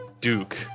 Duke